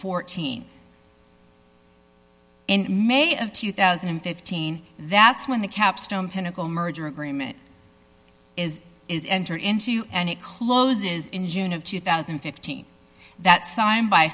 fourteen in may of two thousand and fifteen that's when the capstone pinnacle merger agreement is is enter into and it closes in june of two thousand and fifteen that signed by